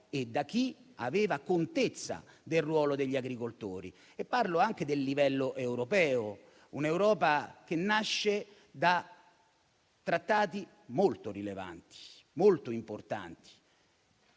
e da chi aveva contezza del ruolo degli agricoltori. Parlo anche del livello europeo: un'Europa che nasce da trattati molto rilevanti e importanti,